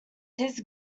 his